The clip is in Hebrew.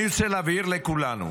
אני רוצה להבהיר לכולנו,